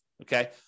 okay